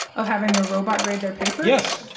of having a robot grade their papers? yes.